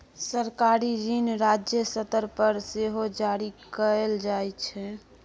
सरकारी ऋण राज्य स्तर पर सेहो जारी कएल जाइ छै